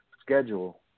schedule